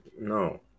No